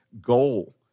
goal